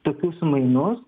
tokius mainus